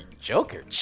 joker